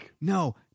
no